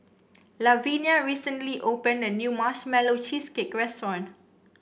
Lavinia recently opened a new Marshmallow Cheesecake restaurant